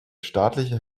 staatlicher